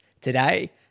Today